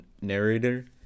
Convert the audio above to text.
narrator